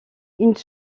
une